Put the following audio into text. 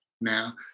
now